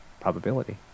probability